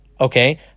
Okay